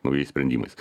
naujais sprendimais